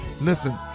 listen